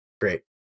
Great